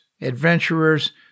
adventurers